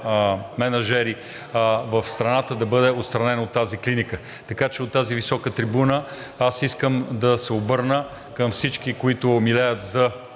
мениджъри в страната да бъде отстранен от тази клиника. Така че от тази висока трибуна аз искам да се обърна към всички, които милеят за